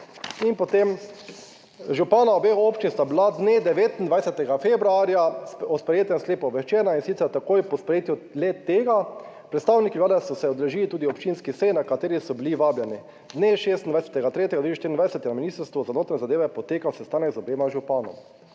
In potem, župana obeh občin sta bila dne 29. februarja o sprejetem sklepu obveščena, in sicer takoj po sprejetju tega. Predstavniki Vlade so se udeležili tudi občinskih sej na kateri so bili vabljeni. Dne 26. 3. 2024 je na Ministrstvu za notranje zadeve je potekal sestanek z obema županoma.